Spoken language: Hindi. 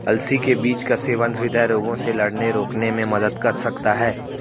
अलसी के बीज का सेवन हृदय रोगों से लड़ने रोकने में मदद कर सकता है